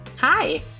Hi